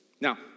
Now